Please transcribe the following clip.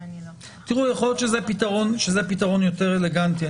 יכול להיות שזה פתרון יותר אלגנטי,